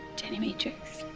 jenny matrix.